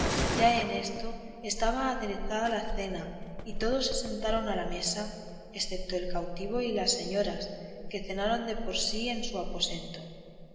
ya en esto estaba aderezada la cena y todos se sentaron a la mesa eceto el cautivo y las señoras que cenaron de por sí en su aposento